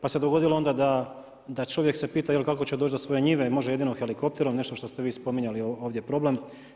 Pa se dogodilo onda da čovjek se pita kako će doći do svoje njive, jer može jedino helikopterom, nešto što ste vi spominjali ovdje je problem.